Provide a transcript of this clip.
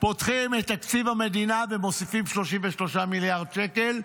את תקציב המדינה ומוסיפים 33 מיליארד שקל.